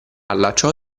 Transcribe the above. allacciò